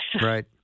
Right